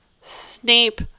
snape